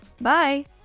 Bye